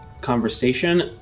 conversation